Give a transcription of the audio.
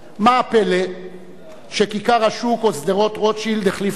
מה הפלא שכיכר השוק או שדרות-רוטשילד החליפו את הכנסת?